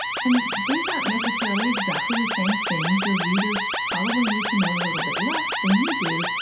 and these aren't necessarily exactly the same things. your readers probably need to know a little bit less than you do,